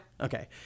Okay